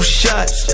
shots